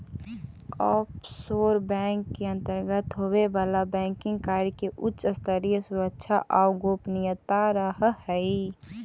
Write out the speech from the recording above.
offshore bank के अंतर्गत होवे वाला बैंकिंग कार्य में उच्च स्तरीय सुरक्षा आउ गोपनीयता रहऽ हइ